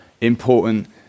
important